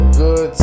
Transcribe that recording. good